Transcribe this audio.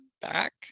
back